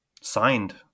signed